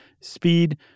speed